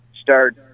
start